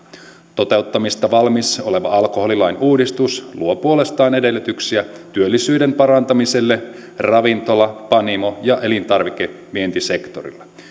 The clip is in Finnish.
toteuttamista vaille valmis oleva alkoholilain uudistus luo puolestaan edellytyksiä työllisyyden parantamiselle ravintola panimo ja elintarvikevientisektoreilla